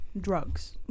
drugs